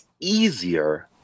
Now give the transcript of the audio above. easier